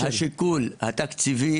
לפי דעתי השיקול התקציבי,